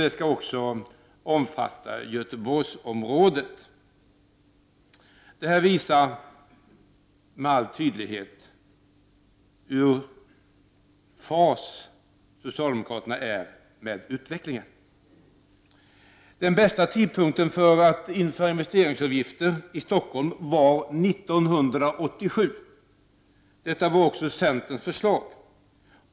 Det skall också omfatta Göteborgsområdet. Det visar med all tydlighet hur ur fas socialdemokraterna är med utvecklingen. Den bästa tidpunkten för att införa investeringsavgifter i Stockholm var 1987. Detta var också centerns förslag.